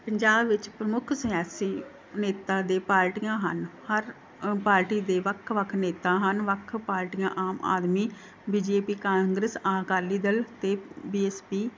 ਪੰਜਾਬ ਵਿੱਚ ਪ੍ਰਮੁੱਖ ਸਿਆਸੀ ਨੇਤਾ ਦੇ ਪਾਰਟੀਆਂ ਹਨ ਹਰ ਪਾਰਟੀ ਦੇ ਵੱਖ ਵੱਖ ਨੇਤਾ ਹਨ ਵੱਖ ਪਾਰਟੀਆਂ Aam Aadmi B J P Congress Akali Dal ਅਤੇ ਬੀ ਐੱਸ ਪੀ